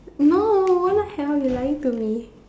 no what the hell you lying to me